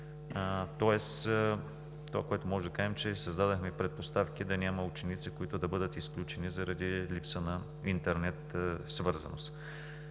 Тоест това, което може да кажем, е, че създадохме предпоставки да няма ученици, които да бъдат изключени заради липса на интернет свързаност.